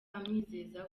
amwizeza